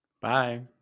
Bye